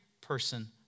person